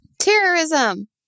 Terrorism